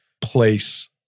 place